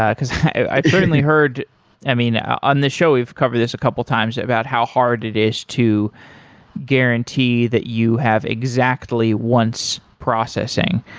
because i certainly heard i mean, on the show we've covered this a couple times about how hard it is to guarantee that you have exactly want processing.